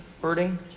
birding